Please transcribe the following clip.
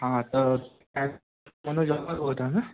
हा तर सर मनोज अहमद बोलत आहे ना